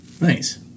Nice